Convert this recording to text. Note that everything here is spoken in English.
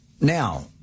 Now